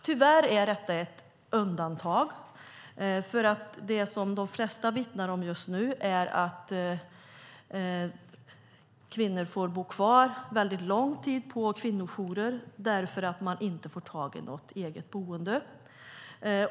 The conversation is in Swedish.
Tyvärr är detta ett undantag. Det som de flesta vittnar om just nu är att kvinnor får bo kvar lång tid på kvinnojourer därför att man inte fått tag på något eget boende.